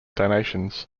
donations